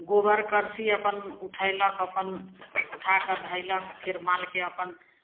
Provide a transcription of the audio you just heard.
गोबर करसी अपन उठेलक अपन उठा कऽ धेलक फेर मालके अपन